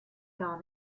gar